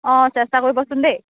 অঁ চেষ্টা কৰিব চোন দেই